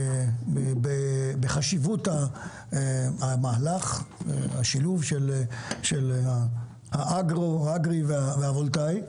בחשיבות המהלך; השילוב של האגרו, האגרי והוולטאי,